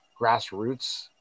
grassroots